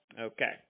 Okay